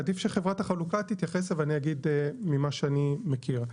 עדיף שחברת החלוקה תתייחס אבל אני אגיד ממה שאני מכיר.